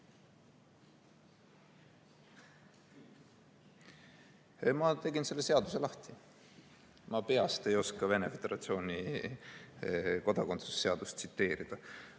Ma tegin selle seaduse lahti. Ma peast ei oska Venemaa Föderatsiooni kodakondsuse seadust tsiteerida.